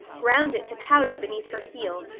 ground it to powder beneath her heel,